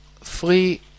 free